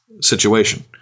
situation